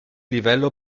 livello